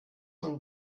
von